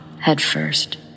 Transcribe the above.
headfirst